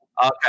okay